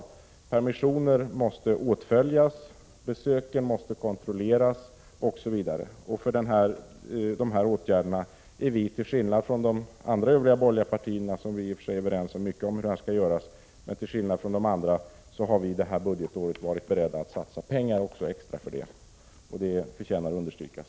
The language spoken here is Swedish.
Interner på permission måste åtföljas, besöken kontrolleras osv. Vi har, till skillnad från övriga borgerliga partier, som vi i och för sig är överens med i många andra hänseenden, varit beredda att under detta budgetår satsa extra pengar för dessa åtgärder. Det förtjänar att understrykas.